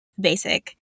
basic